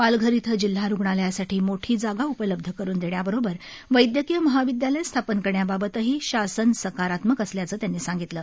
पालघर इथं जिल्हा रूग्णालयासाठी मोठी जागा उपलब्ध करून देण्याबरोबरच वैदयकीय महाविदयालय स्थापन करण्याबाबतही शासन सकारात्मक असल्याचं त्यांनी सांगितलं